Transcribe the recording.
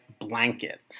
blanket